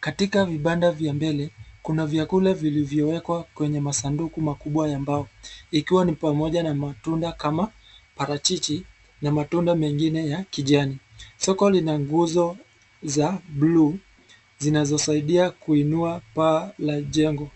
Katika vibanda vya mbele, kuna vyakula vivyowekwa kwenye masanduku makubwa ya mbao ikiwa ni pamoja na matunda kama parachichi na matunda mengine ya kijani. Soko lina nguzo za bluu zinazo saidia kuinua paa la jengo.